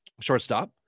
Shortstop